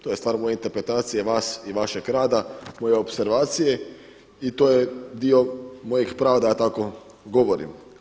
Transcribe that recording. To je stvar moje interpretacije vas i vašega rada moje opservacije i to je dio mojeg prava da ja tako govorim.